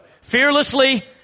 Fearlessly